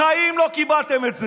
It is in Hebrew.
בחיים לא קיבלתם את זה,